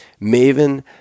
Maven